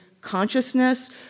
consciousness